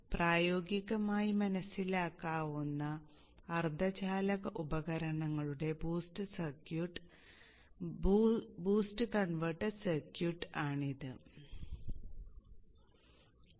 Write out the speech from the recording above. അതിനാൽ പ്രായോഗികമായി മനസ്സിലാക്കാവുന്ന അർദ്ധചാലക ഉപകരണങ്ങളുള്ള ബൂസ്റ്റ് കൺവെർട്ടർ സർക്യൂട്ട് ഇതാണ്